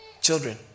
children